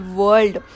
world